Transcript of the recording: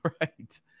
Right